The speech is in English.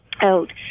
out